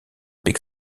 peak